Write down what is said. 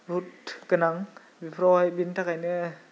बुहुद गोनां बेफोरावहाय बेनि थाखायनो